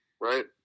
right